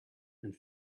and